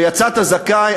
ויצאת זכאי,